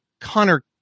Connor